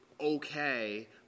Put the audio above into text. okay